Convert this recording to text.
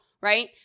right